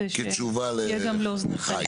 שיהיה גם לאוזניכם.